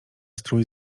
strój